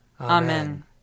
Amen